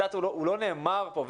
שלא נאמר פה,